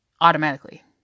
automatically